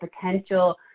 potential